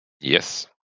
Yes